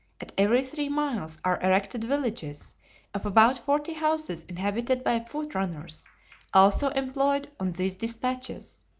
at every three miles are erected villages of about forty houses inhabited by foot-runners also employed on these dispatches.